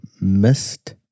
missed